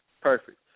perfect